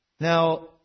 Now